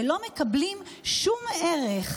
ולא מקבלים שום ערך.